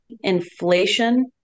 inflation